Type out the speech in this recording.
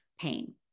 pain